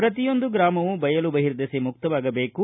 ಪ್ರತಿಯೊಂದು ಗ್ರಮವು ಬಯಲು ಬಹಿರ್ದೆಸೆ ಮುಕ್ತವಾಗಬೇಕು